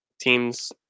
teams